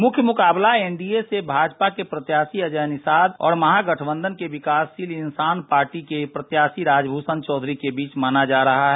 मुख्य मुकाबला एनडीए से भाजपा के प्रत्याशी अजय निषाद और महागठबंधन के विकास शील इंसान पार्टी के प्रत्याशी राजभूषण चौधरी के बीच माना जा रहा है